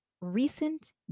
recent